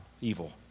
evil